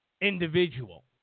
individual